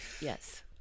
Yes